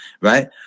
right